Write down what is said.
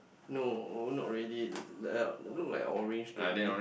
no not really uh look like orange to me